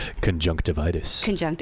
conjunctivitis